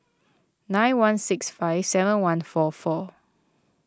nine one six five seven one four four